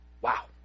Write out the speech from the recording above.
wow